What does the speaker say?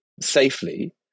safely